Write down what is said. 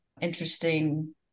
interesting